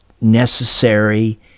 necessary